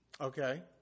Okay